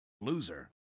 loser